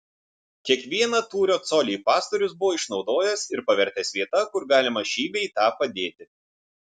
kiekvieną tūrio colį pastorius buvo išnaudojęs ir pavertęs vieta kur galima šį bei tą padėti